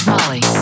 Molly